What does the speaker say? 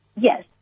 Yes